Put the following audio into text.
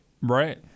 Right